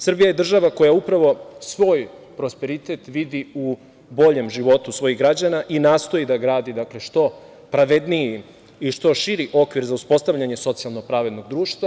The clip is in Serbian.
Srbija je država koja upravo svoj prosperitet vidi u boljem životu svojih građana i nastoji da gradi što pravedniji i što širi okvir za uspostavljanje socijalno pravednog društva.